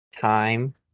time